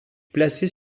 placées